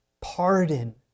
pardon